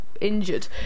injured